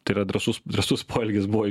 tai yra drąsus drąsus poelgis buvo